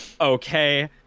Okay